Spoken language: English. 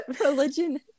Religion